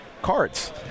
cards